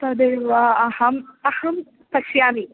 तदेव अहम् अहं पश्यामि